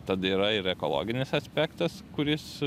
tada yra ir ekologinis aspektas kuris